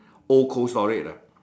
old cold storage lah